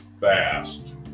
fast